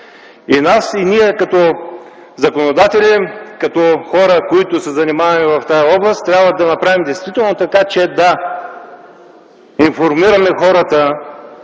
и ние като законодатели, като хора, които се занимаваме и с тази област, трябва да направим действително така, че да информираме хората,